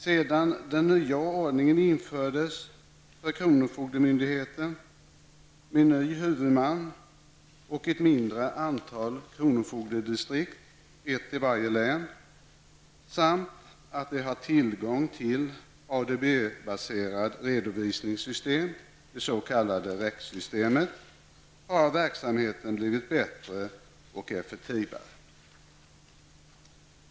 Sedan den nya ordningen infördes för kronofogdemyndigheten har verksamheten blivit bättre och effektivare. Den nya ordningen har inneburit ny huvudman, ett mindre antal kronofogdedistrikt -- ett i varje län -- samt tillgång till ADB-baserat redovisningssystem, det s.k. rex-systemet.